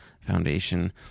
Foundation